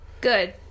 Good